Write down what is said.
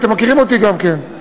אתם מכירים אותי גם כן,